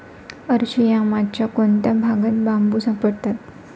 अरशियामाच्या कोणत्या भागात बांबू सापडतात?